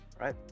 Right